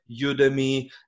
Udemy